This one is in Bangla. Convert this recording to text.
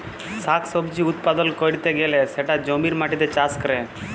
শাক সবজি উৎপাদল ক্যরতে গ্যালে সেটা জমির মাটিতে চাষ ক্যরে